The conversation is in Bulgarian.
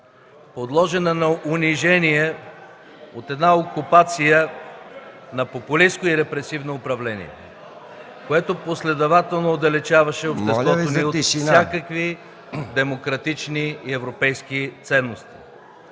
подложена на унижения от една окупация на популистко и репресивно управление, което последователно отдалечаваше обществото ни от всякакви демократични и европейски ценности.